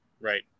right